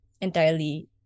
entirely